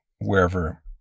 wherever